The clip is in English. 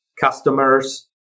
customers